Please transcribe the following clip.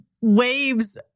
waves